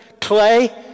clay